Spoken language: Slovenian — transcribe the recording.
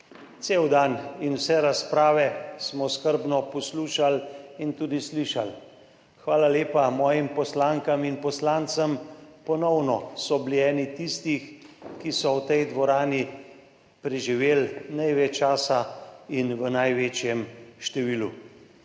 cel dan in smo vse razprave skrbno poslušali in tudi slišali. Hvala lepa mojim poslankam in poslancem. Ponovno so bili eni tistih, ki so v tej dvorani preživeli največ časa in v največjem številu.